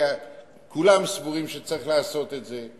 כי כולם סבורים שצריך לעשות את זה.